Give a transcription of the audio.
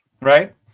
Right